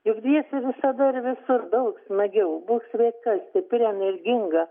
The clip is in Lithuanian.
juk dviese visada ir visur daug smagiau būk sveika stipri energinga